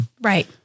Right